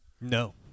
No